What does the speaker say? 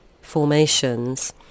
formations